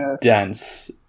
dense